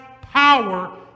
power